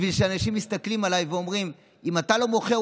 בשביל שאנשים מסתכלים עליי ואומרים: אם אתה לא מוחה,